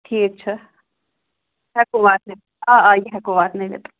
ٹھیٖک چھُ ہٮ۪کو واتنٲیِتھ آ آ یہِ ہٮ۪کو واتنٲوِتھ